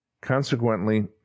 Consequently